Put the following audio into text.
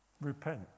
Repent